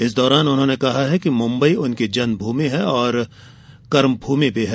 इस दौरान उन्होंने कहा कि मुम्बई उनकी जन्मभूमि और कर्मभूमि है